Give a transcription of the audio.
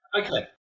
Okay